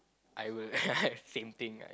I will same thing ah